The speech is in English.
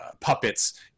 puppets